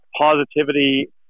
positivity